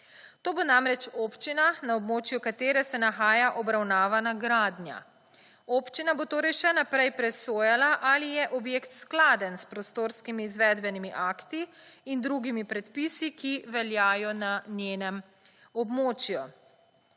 To bo namreč občina na območju, katere se nahaja obravnavana gradnja. **42. TRAK (VI) 13.25** (Nadaljevanje) Občina bo torej še naprej presojala ali je objekt skladen s prostorskimi izvedbenimi akti in drugimi predpisi, ki veljajo na njenem območju.